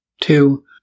Two